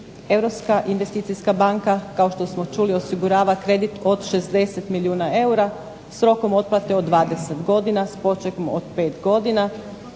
kao što smo čuli osigurava kredit od 60 milijuna eura s rokom otplate od 20 godina s počekom od 5 godina